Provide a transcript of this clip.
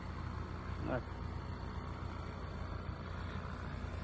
রাখি